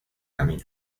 camino